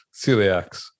celiacs